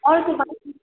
हजुर भन्नु